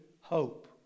hope